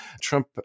Trump